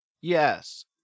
Yes